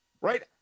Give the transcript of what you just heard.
Right